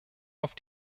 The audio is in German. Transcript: auf